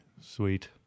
Sweet